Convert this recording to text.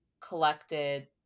collected